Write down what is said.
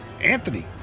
Anthony